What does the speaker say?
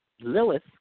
Lilith